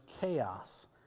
chaos